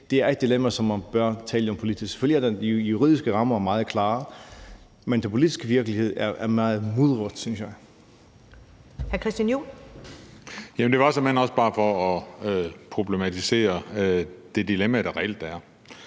Det er et dilemma, som man bør tale om politisk. Selvfølgelig er de juridiske rammer meget klare, men den politiske virkelighed er meget mudret, synes jeg. Kl. 11:49 Første næstformand (Karen Ellemann): Hr.